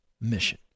mission